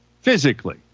physically